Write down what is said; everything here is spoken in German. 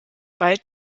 bald